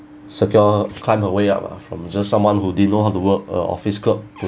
secure climb her way up ah from just someone who didn't know how to work a office work to